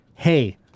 Hey